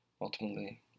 ultimately